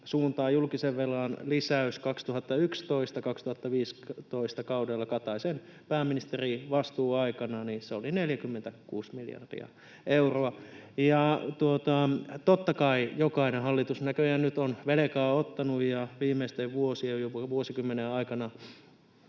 suuntaan. Julkisen velan lisäys kaudella 2011—2015 Kataisen pääministerivastuuaikana oli 46 miljardia euroa. Ja totta kai jokainen hallitus näköjään nyt on velkaa ottanut ja viimeisten vuosien ja vuosikymmenen aikana